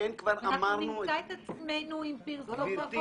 אנחנו נתקע את עצמנו את פרסומות --- גברתי,